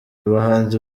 abahanzi